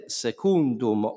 secundum